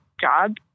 job